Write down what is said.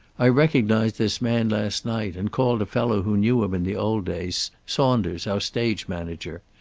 i recognized this man last night, and called a fellow who knew him in the old days, saunders, our stage manager.